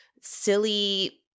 silly